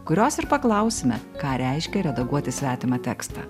kurios ir paklausime ką reiškia redaguoti svetimą tekstą